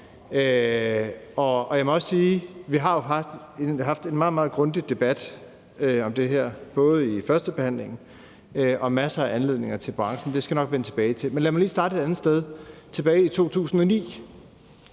vi har haft en meget, meget grundig debat om det her under førstebehandlingen, og at der har været masser af anledninger til at debattere branchen, men det skal jeg nok vende tilbage til. Lad mig lige starte et andet sted. Tilbage i 2009